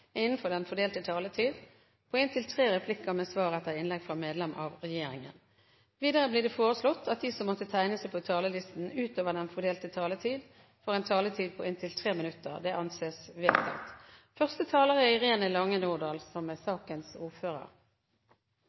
innenfor den fordelte taletid. Videre blir det foreslått at de som måtte tegne seg på talerlisten utover den fordelte taletid, får en taletid på inntil 3 minutter. – Det anses vedtatt. De forslagene vi behandler i dag, er